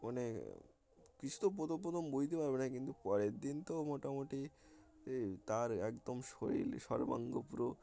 মানে কিছু তো প্রথম প্রথম বুঝতে পারবে না কিন্তু পরের দিন তো মোটামুটি এই তার একদম শরীর সর্বাঙ্গ পুরো